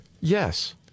Yes